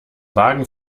vagen